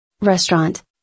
Restaurant